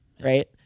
right